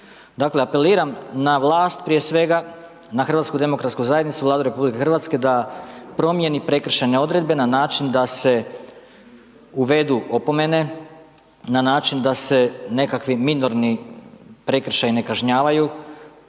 Dakle, apeliram na vlast prije svega, na HDZ, Vladu RH da promijeni prekršajne odredbe na način da se uvedu opomene, na način da se nekakvi minorni prekršaji ne kažnjavaju,